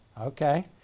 Okay